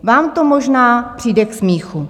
Vám to možná přijde k smíchu.